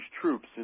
troops